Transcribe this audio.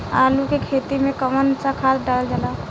आलू के खेती में कवन सा खाद डालल जाला?